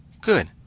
Good